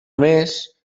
més